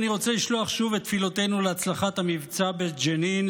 אני רוצה לשלוח שוב תפילותינו להצלחת המבצע בג'נין,